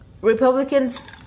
Republicans